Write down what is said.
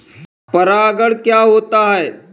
परागण क्या होता है?